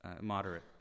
moderate